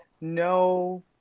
no